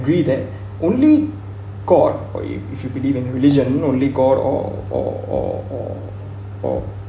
agree that only god or if if you believe in religion not only god or or or or or